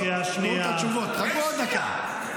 לא להפריע.